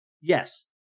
Yes